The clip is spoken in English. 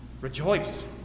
Rejoice